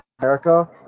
America